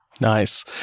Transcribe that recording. Nice